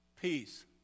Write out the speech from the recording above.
Peace